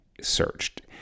searched